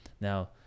Now